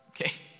Okay